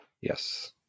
yes